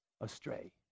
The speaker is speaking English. astray